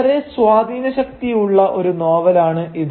വളരെ സ്വാധീനശക്തിയുള്ള ഒരു നോവലാണ് ഇത്